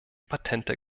patente